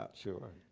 ah sure.